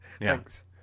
Thanks